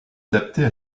adaptées